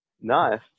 Nice